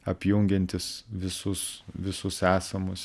apjungiantis visus visus esamus